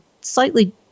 slightly